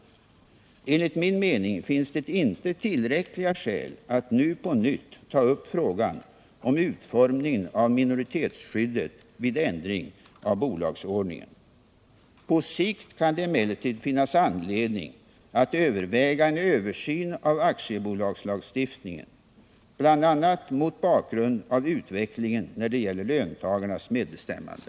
Enligt min mening finns det inte tillräckliga skäl att nu på nytt ta upp frågan om utformningen av minoritetsskyddet vid ändring av bolagsordningen. På sikt kan det emellertid finnas anledning att överväga en översyn av aktiebolagslagstiftningen, bl.a. mot bakgrund av utvecklingen när det gäller löntagarnas medbestämmande.